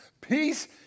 Peace